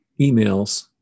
emails